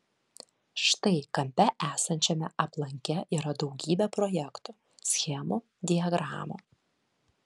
štai kampe esančiame aplanke yra daugybė projektų schemų diagramų